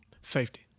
Safety